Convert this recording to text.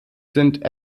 sind